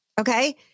Okay